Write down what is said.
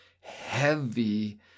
heavy